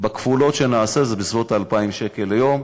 בכפולות שנעשה זה בסביבות ה-2,000 שקל ליום,